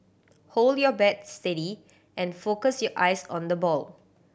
hold your bat steady and focus your eyes on the ball